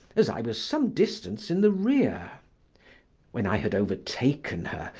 as i was some distance in the rear when i had overtaken her,